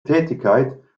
tätigkeit